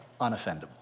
unoffendable